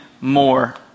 more